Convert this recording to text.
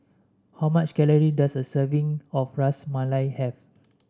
how much calories does a serving of Ras Malai have